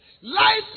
Life